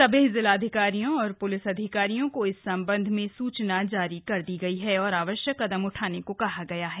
सभी जिलाधिकारियों और प्लिस अधिकारियों को इस संबंध में सूचना जारी कर दी गयी है और आवश्यक कदम उठाने को कहा गया है